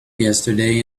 yesterday